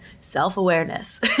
self-awareness